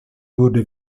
wurde